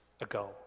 ago